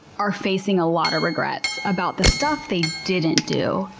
are facing a lot of regrets about the stuff they didn't do.